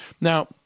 Now